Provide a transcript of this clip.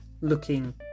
looking